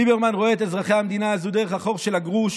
ליברמן רואה את אזרחי המדינה הזו דרך החור שבגרוש,